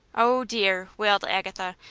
oh, dear! wailed agatha,